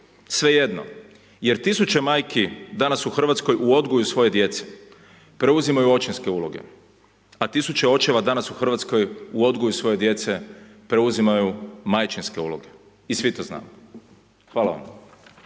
svejedno, jer tisuće majki danas u RH u odgoju svoje djece, preuzimaju očinske uloge, a tisuće očeva danas u RH u odgoju svoje djece preuzimaju majčinske uloge i svi to znamo. Hvala vam.